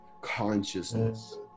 consciousness